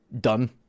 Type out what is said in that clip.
done